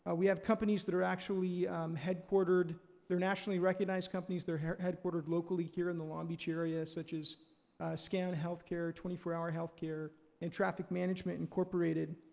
ah we have companies that are actually headquartered, they're nationally-recognized companies, they're headquartered locally here in the long beach area such as scan healthcare, twenty four hour healthcare and traffic management incorporated.